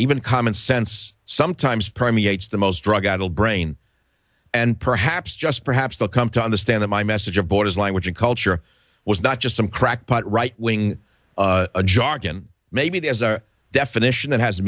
even common sense sometimes permeates the most drug addled brain and perhaps just perhaps they'll come to understand that my message of borders language and culture was not just some crackpot right wing jargon maybe there's a definition that has